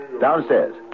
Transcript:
Downstairs